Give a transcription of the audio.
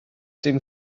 dim